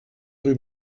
rue